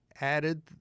added